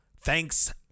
thanks